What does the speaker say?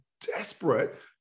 desperate